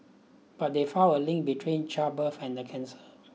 but they found a link between childbirth and the cancer